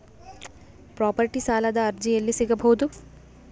Property ಸಾಲದ ಅರ್ಜಿ ಎಲ್ಲಿ ಸಿಗಬಹುದು?